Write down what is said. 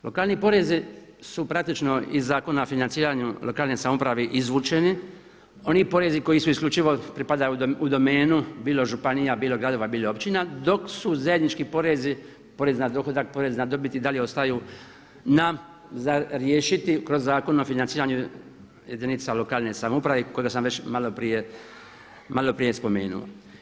Lokalni porezi su praktično iz Zakona o financiranju lokalne samouprave izvučeni, oni porezi koji su isključivo, pripadaju u domenu bilo županija, bilo gradova, bilo općina dok su zajednički porezi, porezi na dohodak, porez na dobit i dalje ostaju za riješiti kroz Zakon o financiranju jedinica lokalne samouprave, koje sam već maloprije spomenuo.